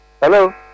Hello